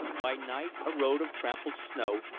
by night a road of trampled snow,